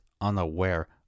unaware